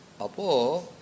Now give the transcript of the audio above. Apo